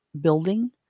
building